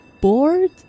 bored